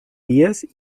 vies